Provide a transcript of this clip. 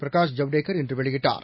பிரகாஷ் ஜவடேகர் இன்று வெளியிட்டார்